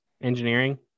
Engineering